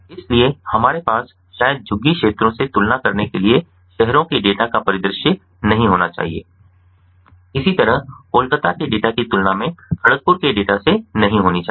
इसलिए हमारे पास शायद झुग्गी क्षेत्रों से तुलना करने के लिए शहरों के डेटा का परिदृश्य नहीं होना चाहिए इसी तरह कोलकाता के डेटा की तुलना में खड़गपुर के डेटा से नहीं होनी चाहिए